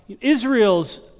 Israel's